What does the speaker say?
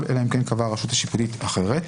אלא אם כן קבעה הרשות השיפוטית אחרת.